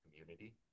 community